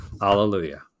Hallelujah